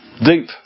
deep